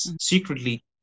secretly